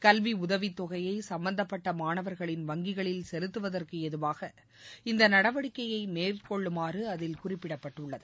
கல்வி உதவித் தொகையை சம்பந்தப்பட்ட மாணவர்களின் வங்கிகளில் செலுத்துவதற்கு ஏதுவாக இந்த நடவடிக்கையை மேற்கொள்ளுமாறு அதில் குறிப்பிடப்பட்டுள்ளது